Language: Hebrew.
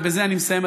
ובזה אני מסיים,